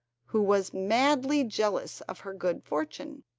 who was madly jealous of her good fortune.